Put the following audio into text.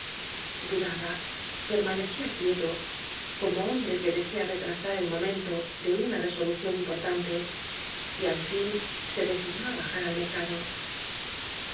dudaba permanecía quieto como hom bre que desea retrasar el momento de una re solución importánte y al fin se dicidió á bajarai mercado